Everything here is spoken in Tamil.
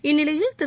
இந்நிலையில் திரு